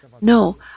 no